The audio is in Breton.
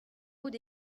out